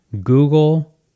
Google